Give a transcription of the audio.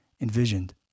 envisioned